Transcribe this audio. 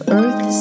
earth